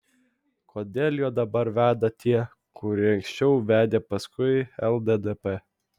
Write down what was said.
kodėl juo dabar veda tie kurie anksčiau vedė paskui lddp